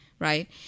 right